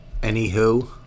anywho